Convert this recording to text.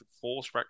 force